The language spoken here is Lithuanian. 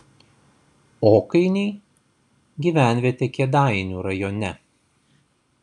okainiai gyvenvietė kėdainių rajone